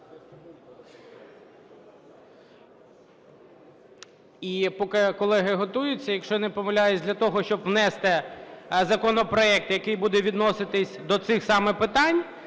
І поки колеги готуються, якщо я не помиляюсь, для того, щоб внести законопроект, який буде відноситись до цих саме питань,